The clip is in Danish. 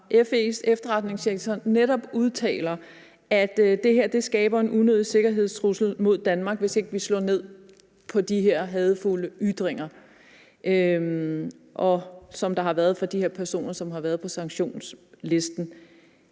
FE's efterretningssektor netop udtaler, at det skaber en unødig sikkerhedstrussel mod Danmark, hvis ikke vi slår ned på de her hadefulde ytringer fra de personer, som har været på sanktionslisten,